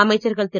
அமைச்சர்கள் திரு